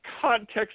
context